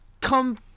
come